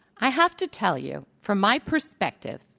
i have to tell you, from my perspective,